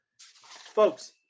Folks